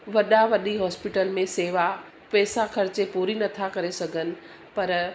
वॾा वॾी हॉस्पिटल में सेवा पैसा ख़र्चे पूरी नथा करे सघनि पर